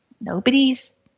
nobody's